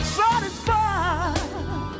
satisfied